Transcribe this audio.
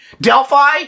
Delphi